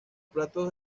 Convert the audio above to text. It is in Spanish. platos